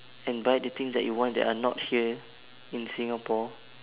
and buy the things that you want that are not here in singapore